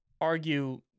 argue